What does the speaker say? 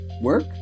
work